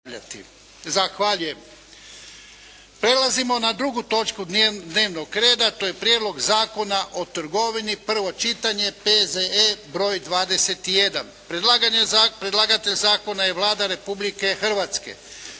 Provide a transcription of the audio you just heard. Ivan (HDZ)** Prelazimo na 2. točku dnevnog reda, to je - Prijedlog zakona o trgovini, prvo čitanje P.Z.E. br. 21 Predlagatelj zakona je Vlada Republike Hrvatske.